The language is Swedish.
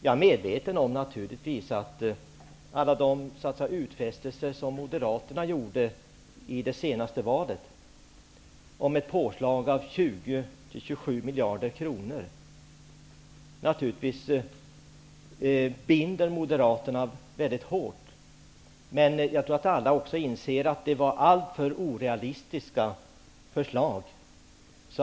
Jag är naturligtvis medveten om att alla de utfästelser som Moderaterna gjorde i det senaste valet -- om ett påslag med 20-27 miljarder kronor -- naturligtvis binder Moderaterna väldigt hårt. Men jag tror att alla inser att det var alltför orealistiska förslag.